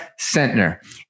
Sentner